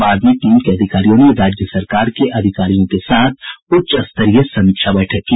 बाद में टीम के अधिकारियों ने राज्य सरकार के अधिकारियों के साथ उच्च स्तरीय समीक्षा बैठक की